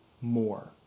more